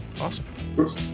awesome